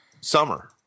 Summer